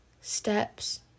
steps